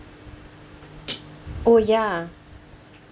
oh ya